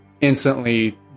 instantly –